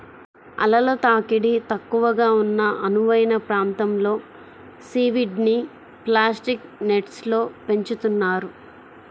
అలల తాకిడి తక్కువగా ఉన్న అనువైన ప్రాంతంలో సీవీడ్ని ప్లాస్టిక్ నెట్స్లో పెంచుతున్నారు